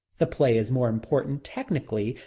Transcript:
the play is more important, technically,